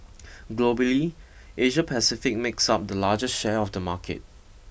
globally Asia Pacific makes up the largest share of the market